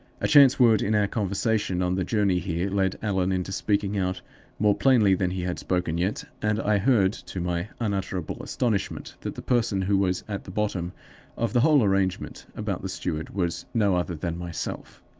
a chance word in our conversation on the journey here led allan into speaking out more plainly than he had spoken yet, and i heard to my unutterable astonishment that the person who was at the bottom of the whole arrangement about the steward was no other than myself!